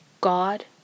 God